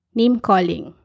name-calling